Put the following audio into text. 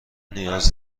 نیاز